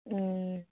ᱦᱩᱸ